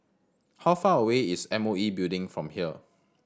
how far away is M O E Building from here